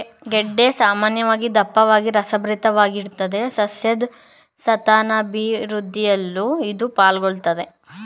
ಗೆಡ್ಡೆ ಸಾಮಾನ್ಯವಾಗಿ ದಪ್ಪವಾಗಿ ರಸಭರಿತವಾಗಿರ್ತದೆ ಸಸ್ಯದ್ ಸಂತಾನಾಭಿವೃದ್ಧಿಯಲ್ಲೂ ಇದು ಪಾಲುಗೊಳ್ಳುತ್ದೆ